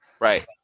Right